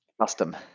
custom